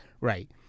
Right